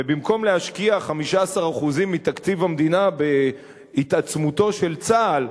ובמקום להשקיע 15% מתקציב המדינה בהתעצמותו של צה"ל,